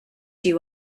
you